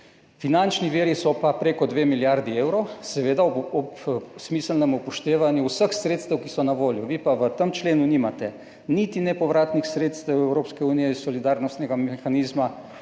finančni viri so pa prek 2 milijardi evrov seveda ob smiselnem upoštevanju vseh sredstev, ki so na voljo. Vi pa v tem členu nimate niti nepovratnih sredstev Evropske unije iz solidarnostnega mehanizma